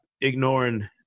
ignoring